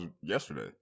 yesterday